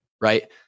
right